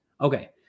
Okay